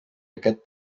aquest